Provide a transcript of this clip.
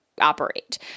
operate